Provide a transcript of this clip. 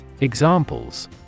Examples